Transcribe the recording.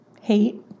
hate